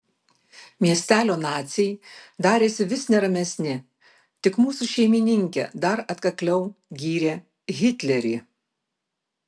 miestelio naciai darėsi vis neramesni tik mūsų šeimininkė dar atkakliau gyrė hitlerį